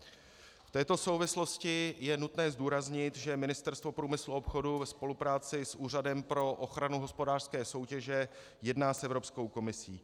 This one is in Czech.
V této souvislosti je nutné zdůraznit, že Ministerstvo průmyslu a obchodu ve spolupráci s Úřadem pro ochranu hospodářské soutěže jedná s Evropskou komisí.